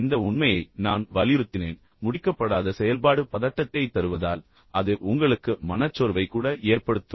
இந்த உண்மையை நான் வலியுறுத்தினேன் ஏனென்றால் முடிக்கப்படாத செயல்பாடு பதட்டத்தைத் தருவதால் அது உங்களுக்கு மனச்சோர்வை கூட ஏற்படுத்தும்